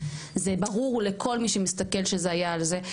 זה ברור לכל מי שמתסכל שזה היה על זה.